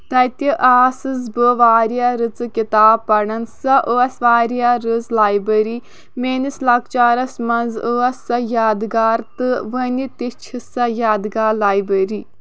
تَتہِ آسٕس بہٕ واریاہ رٕژٕ کِتابہٕ پَران سۄ ٲسۍ واریاہ رٕژ لایبرٔری میٲنِس لۄکچارَس منٛز ٲسۍ سۄ یاد گار تہٕ وُنہِ تہِ چھےٚ سۄ یاد گار لایبرٔری